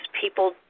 people